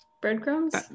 Breadcrumbs